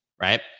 Right